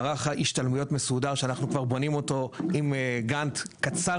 מערך ההשתלמויות מסודר שאנחנו כבר בונים אותו עם גנט קצר